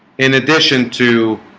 in addition to